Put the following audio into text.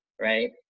right